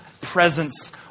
presence